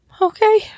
Okay